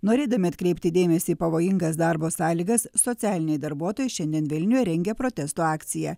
norėdami atkreipti dėmesį į pavojingas darbo sąlygas socialiniai darbuotojai šiandien vilniuje rengia protesto akciją